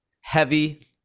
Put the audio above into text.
heavy